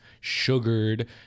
sugared